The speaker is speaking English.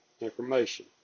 information